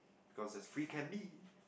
because there's free candy